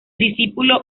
discípulo